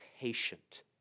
patient